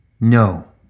No